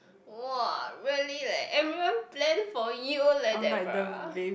!woah! really leh everyone plan for you leh Debra